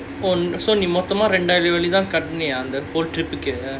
மொத்தமா ரெண்டாயிரம் வெள்ளி தான் கட்டுனியா:mothama rendaayiram vellithaan kattuniyaa